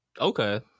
Okay